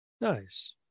Nice